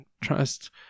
trust